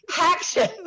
Action